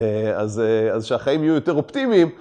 ‫אז שהחיים יהיו יותר אופטימיים.